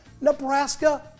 Nebraska